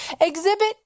Exhibit